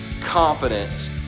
confidence